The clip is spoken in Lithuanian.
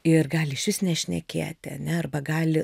ir gali išvis nešnekėti ane arba gali